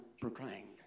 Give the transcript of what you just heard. proclaimed